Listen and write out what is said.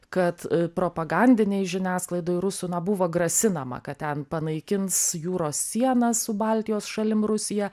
kad propagandinėj žiniasklaidoj rusų na buvo grasinama kad ten panaikins jūros sienas su baltijos šalim rusija